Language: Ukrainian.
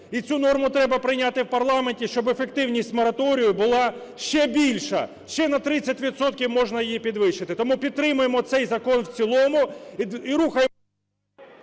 І цю норму треба прийняти в парламенті, щоб ефективність мораторію була ще більша, ще на 30 відсотків можна її підвищити. Тому підтримуємо цей закон в цілому і …